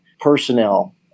personnel